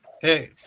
hey